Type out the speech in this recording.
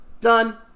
done